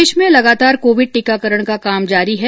प्रदेश में लगातार कोविड टीकाकरण का काम जारी है